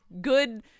good